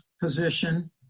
position